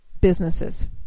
businesses